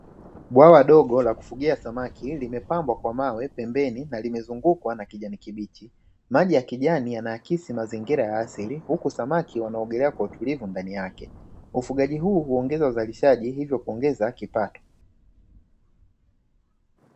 Bwawa dogo la kufugia samaki, limepambwa kwa mawe pembeni na limezungukwa na kijani kibichi, maji ya kijani yanaakisi mazingira ya asili, huku samaki wanaogelea kwa utulivu ndani yake, ufugaji huu huongeza uzalishaji hivyo kuongeza kipato.